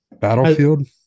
Battlefield